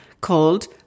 called